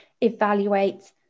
evaluate